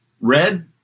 red